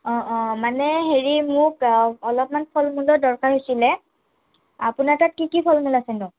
অ' অ' মানে হেৰি মোক অলপমান ফল মূলৰ দৰকাৰ হৈছিল আপোনাৰ তাত কি কি ফল মূল আছেনো